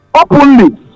openly